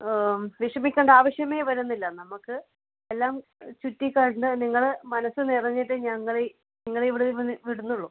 വിഷമിക്കണ്ട ആവശ്യമേ വരുന്നില്ല നമുക്ക് എല്ലാം ചുറ്റി കണ്ട് നിങ്ങൾ മനസ്സ് നിറഞ്ഞിട്ടെ ഞങ്ങളിനി നിങ്ങളെ ഇവിടുന്നു വിടുന്ന് വിടുന്നുള്ളു